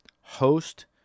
Host